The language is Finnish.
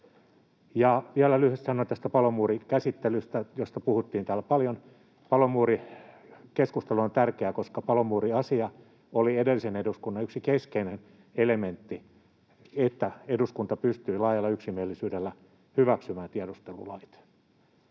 Vielä lyhyesti sanon tästä palomuurikäsittelystä, josta puhuttiin täällä paljon: Palomuurikeskustelu on tärkeää, koska palomuuriasia oli edellisen eduskunnan yksi keskeinen elementti, että eduskunta pystyi laajalla yksimielisyydellä hyväksymään tiedustelulait.